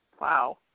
Wow